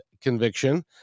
Conviction